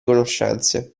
conoscenze